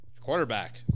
quarterback